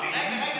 רגע,